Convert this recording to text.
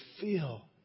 feel